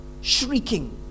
shrieking